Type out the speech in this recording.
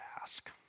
ask